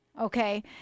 Okay